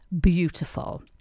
beautiful